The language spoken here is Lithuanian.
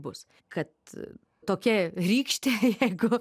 bus kad tokia rykštė jeigu